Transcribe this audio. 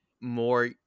more